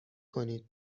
کنید